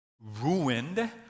ruined